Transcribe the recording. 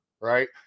right